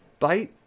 Byte